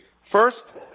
First